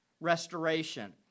restoration